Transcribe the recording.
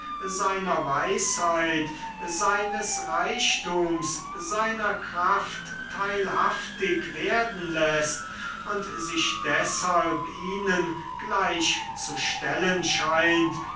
seiner weisheit seines reichtums seiner kraft teilhaftig werden läßt und sich deshalb ihnen gleichzustellen scheint